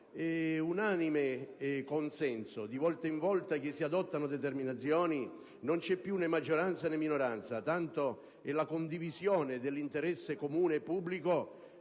unanime consenso. Ogni qualvolta si adottano determinazioni non c'è maggioranza e minoranza, tanta è la condivisione dell'interesse comune e pubblico